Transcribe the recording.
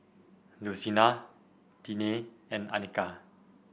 Lucina Tiney and Anika